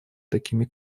такими